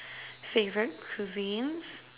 favourite cuisines